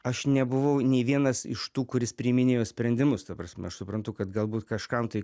aš nebuvau nei vienas iš tų kuris priiminėjo sprendimus ta prasme aš suprantu kad galbūt kažkam tai